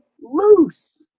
loose